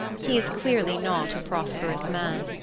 he is clearly not a prosperous man.